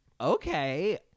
okay